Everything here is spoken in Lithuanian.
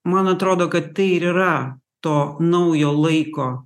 man atrodo kad tai ir yra to naujo laiko